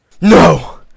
No